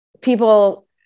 people